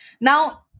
Now